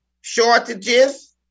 shortages